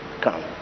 come